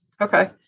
Okay